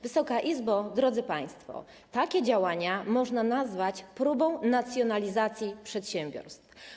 Wysoka Izbo, drodzy państwo, takie działania można nazwać próbą nacjonalizacji przedsiębiorstw.